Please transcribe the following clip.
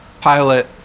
pilot